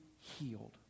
healed